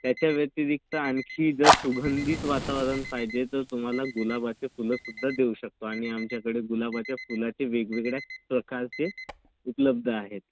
त्याच्या व्यतिरिक्त आणखी जर सुगंधीत वातावरण पाहिजे तर तुम्हाला गुलाबाचे फुलंसुद्धा देऊ शकतो आणि आमच्याकडे गुलाबाच्या फुलाचे वेगवेगळ्या प्रकारचे उपलब्ध आहेत